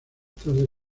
tarde